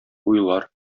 уйлар